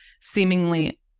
seemingly